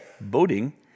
boating